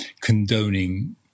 condoning